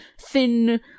thin